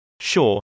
sure